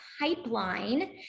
pipeline